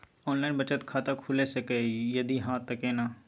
Online बचत खाता खुलै सकै इ, यदि हाँ त केना?